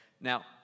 Now